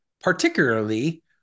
particularly